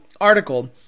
article